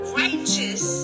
righteous